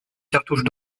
cartouche